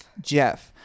Jeff